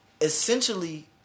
essentially